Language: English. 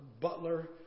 butler